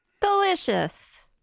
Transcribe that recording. Delicious